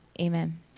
Amen